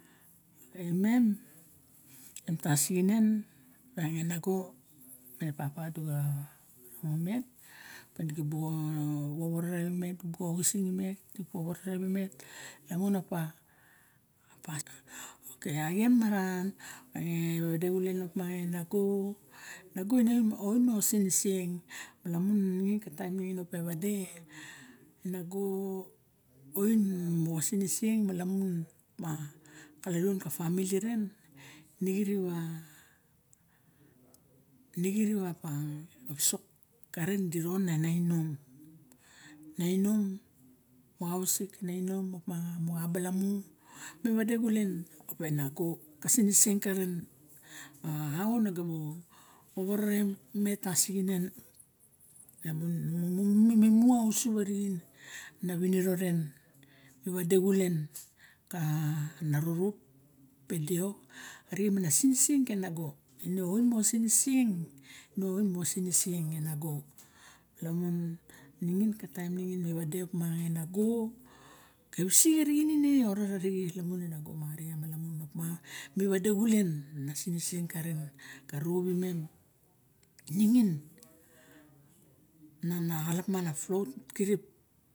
Imem tasinginen, nago me papa du ga rango mem me buxa di vororo la imet, buxa oxising imet lamun op ma, okei axien maran, vade xulen op ma, e nago, nago ine ion moxa siniseng, malamun ningin ka taim ningin op ma na vade, nage oin moxa siniseng malamun ma kalaluon ka femili ren, din xirip ah di xirip avisak karen di ron nainom. Neinim moxa hausik, neinom op ma ga balamu, na vade xulen op e nago ka siniseng karen, ah how na ga bu vovoro ravimet tasinginen mi mu ausup arixen ana viniro ren. Mi vade xulen, kana rorop pe deo arixen ma na siniseng e nago. Ine oin moxa siniseng, ine oin moxa siniseng e nago. Lamun ningin, ka taim ningin, mi vade op ma e nago e visik arixen ine orat lamun e nago maria. Malamun op ma, me vade xulen na siniseng karen, xa ropi imem, ningin na axalap ma na float xirip.